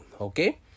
Okay